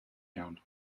iawn